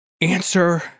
answer